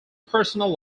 personal